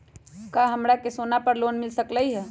का हमरा के सोना पर लोन मिल सकलई ह?